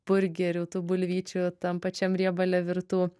burgerių tų bulvyčių tam pačiam riebale virtų